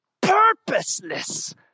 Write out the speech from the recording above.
purposeless